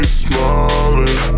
smiling